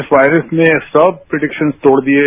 इस वायरस ने सब प्रीडिक्शन्स तोड़ दिये